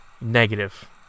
negative